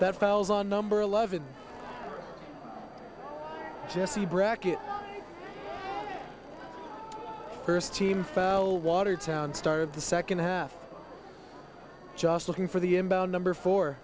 that fouls on number eleven jesse brackett first team fell watertown start of the second half just looking for the inbound number four